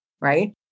right